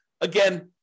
Again